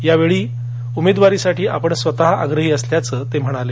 त्याचवेळी या उमेदवारीसाठी आपण स्वतः आग्रही असल्याचंही ते म्हणाले